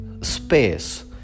space